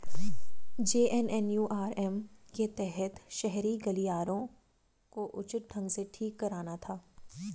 JNNURM के तहत शहरी गलियारों को उचित ढंग से ठीक कराना था